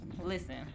listen